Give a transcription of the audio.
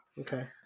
Okay